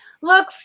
look